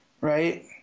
right